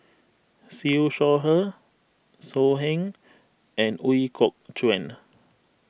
Siew Shaw Her So Heng and Ooi Kok Chuen